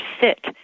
sit